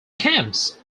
camps